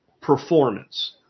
performance